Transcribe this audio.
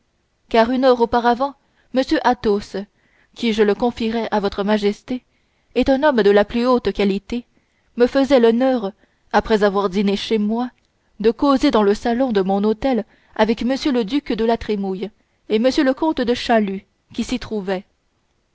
car une heure auparavant m athos qui je le confierai à votre majesté est un homme de la plus haute qualité me faisait l'honneur après avoir dîné chez moi de causer dans le salon de mon hôtel avec m le duc de la trémouille et m le comte de châlus qui s'y trouvaient